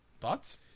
Thoughts